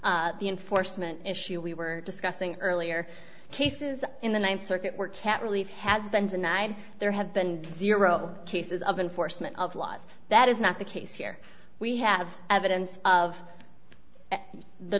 the enforcement issue we were discussing earlier cases in the ninth circuit were cat relief has been denied there have been zero cases of enforcement of laws that is not the case here we have evidence of the